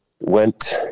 went